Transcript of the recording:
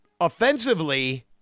offensively